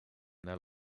their